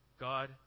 God